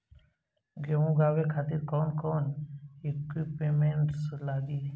गेहूं उगावे खातिर कौन कौन इक्विप्मेंट्स लागी?